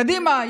קדימה,